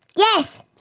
yes!